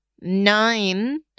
nine